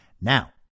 Now